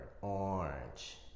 orange